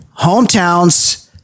hometowns